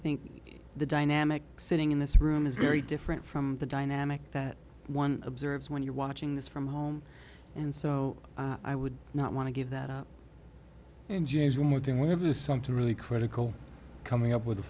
think the dynamic sitting in this room is very different from the dynamic that one observes when you're watching this from home and so i would not want to give that up and james one more thing whenever something really critical coming up with